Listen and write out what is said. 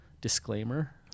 disclaimer